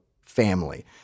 family